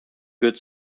good